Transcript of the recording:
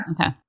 Okay